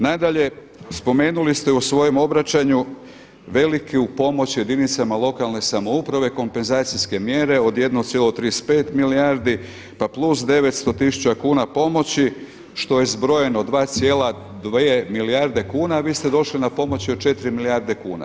Nadalje, spomenuli ste u svojem obraćanju veliku pomoć jedinicama lokalne samouprave, kompenzacijske mjere od 1,35 milijardi, pa plus 900 tisuća kuna pomoći što je zbrojeno 2,2 milijarde kuna, a vi ste došli na pomoći od 4 milijarde kuna.